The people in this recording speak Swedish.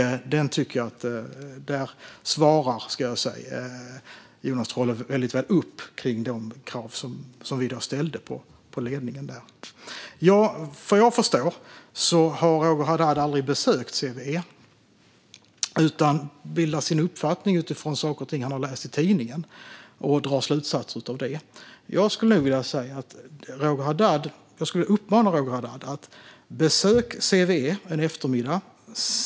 Jag tycker att Jonas Trolle svarar väldigt väl mot de krav som vi ställde på ledningen för CVE. Vad jag förstår har Roger Haddad aldrig besökt CVE utan bildar sin uppfattning utifrån saker och ting han har läst i tidningen och drar slutsatser av det. Jag skulle uppmana Roger Haddad att besöka CVE en eftermiddag.